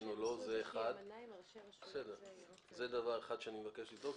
זה דבר ראשון שאני מבקש לבדוק.